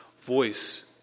voice